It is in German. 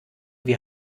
wir